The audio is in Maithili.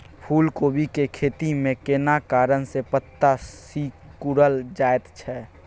फूलकोबी के खेती में केना कारण से पत्ता सिकुरल जाईत छै?